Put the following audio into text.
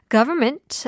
Government